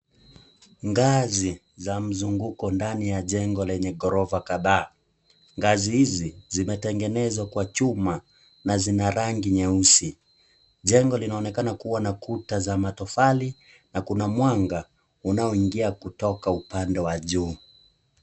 Ngazi za mzunguko ndani ya jengo lenye ghorofa kadhaa. Ngazi hizi zimetengenezwa kwa chuma na zina rangi nyeusi. Jengo linaonekana kuwa na kuta za matofali na kuna mwanga unaoingia kutoka upande wa juu.